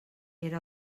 era